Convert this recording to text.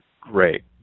great